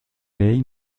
ley